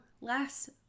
Last